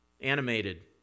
Animated